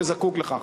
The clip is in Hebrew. וזקוק לכך.